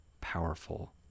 powerful